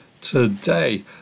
today